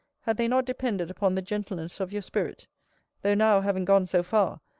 had they not depended upon the gentleness of your spirit though now, having gone so far,